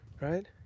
Right